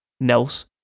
Nels